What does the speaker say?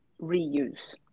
reuse